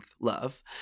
love